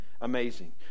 amazing